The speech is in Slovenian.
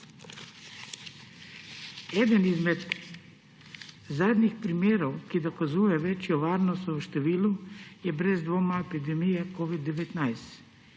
Eden izmed zadnjih primerov, ki dokazuje večjo varnost v številu, je brez dvoma epidemija covida-19.